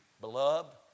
Beloved